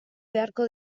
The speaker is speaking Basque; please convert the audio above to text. beharko